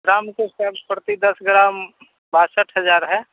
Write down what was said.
दाम तो सर प्रति दस ग्राम बासठ हज़ार है